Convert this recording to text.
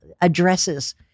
addresses